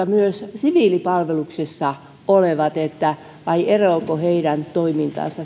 myös siviilipalveluksessa olevat vai eroaako heidän toimintansa